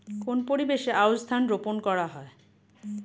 কোন পরিবেশে আউশ ধান রোপন করা হয়?